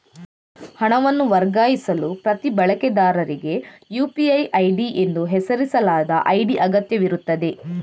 ಹಣವನ್ನು ವರ್ಗಾಯಿಸಲು ಪ್ರತಿ ಬಳಕೆದಾರರಿಗೆ ಯು.ಪಿ.ಐ ಐಡಿ ಎಂದು ಹೆಸರಿಸಲಾದ ಐಡಿ ಅಗತ್ಯವಿರುತ್ತದೆ